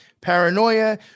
paranoia